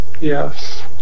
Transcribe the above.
Yes